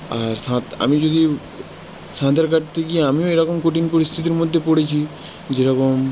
আর আমি যদি সাঁতার কাটতে গিয়ে আমিও এরকম কঠিন পরিস্থিতির মধ্যে পড়েছি যেরকম